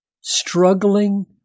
struggling